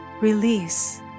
release